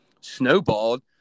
snowballed